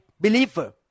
believer